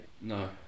No